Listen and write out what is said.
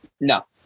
No